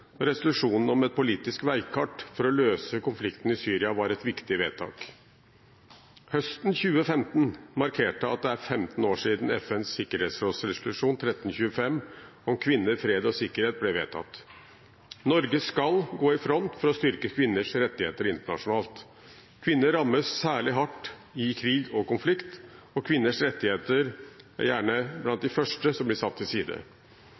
resolusjonen om et politisk veikart for å løse konflikten i Syria var et viktig vedtak. Høsten 2015 markerte at det er 15 år siden FNs sikkerhetsrådsresolusjon 1325 om kvinner, fred og sikkerhet ble vedtatt. Norge skal gå i front for å styrke kvinners rettigheter internasjonalt. Kvinner rammes særlig hardt i krig og konflikt, og kvinners rettigheter er gjerne blant de første som blir satt til side.